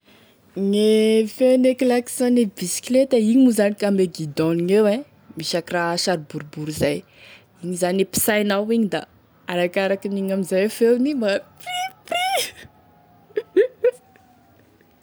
Gne feone klaxonne bisikileta igny moa zany da ame guidon any eo da misy akoraha sary boribory izay da igny zany e pisainao igny da arakarakan'igny amin'izay e feony magnano.